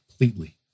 completely